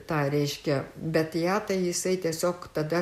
tą reiškia bet ją tai jisai tiesiog tada